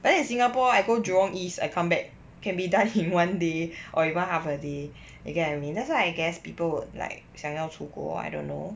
but in singapore I go jurong east I come back can be done in one day or even half a day you get what I mean that's why I guess people would like 想要出国 I don't know